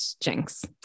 Jinx